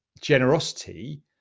generosity